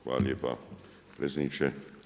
Hvala lijepa predsjedniče.